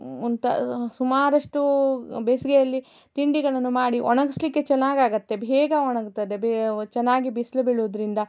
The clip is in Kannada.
ಮುಂತಾದ ಸುಮಾರಷ್ಟು ಬೇಸಿಗೆಯಲ್ಲಿ ತಿಂಡಿಗಳನ್ನು ಮಾಡಿ ಒಣಗಿಸ್ಲಿಕ್ಕೆ ಚೆನ್ನಾಗಾಗತ್ತೆ ಬೇಗ ಒಣಗ್ತದೆ ಬೇ ಚೆನ್ನಾಗಿ ಬಿಸಿಲು ಬೀಳುವುದ್ರಿಂದ